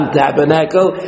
tabernacle